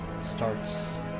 starts